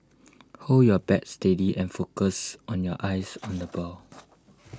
hold your bat steady and focus on your eyes on the ball